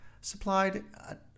supplied